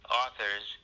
authors